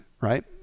Right